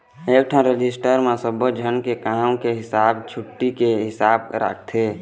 एकठन रजिस्टर म सब्बो झन के काम के हिसाब, छुट्टी के हिसाब राखथे